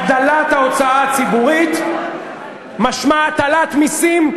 הגדלת ההוצאה הציבורית משמעה הטלת מסים.